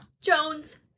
Jones